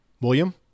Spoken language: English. William